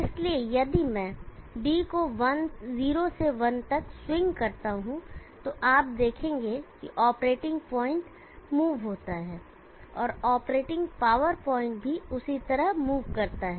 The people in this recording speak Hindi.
इसलिए यदि मैं d को 0 से 1 तक स्विंग करता हूं तो आप देखेंगे की ऑपरेटिंग पॉइंट मूव होता है और ऑपरेटिंग पावर पॉइंट भी उसी तरह मूव करता है